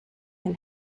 and